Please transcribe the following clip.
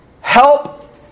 help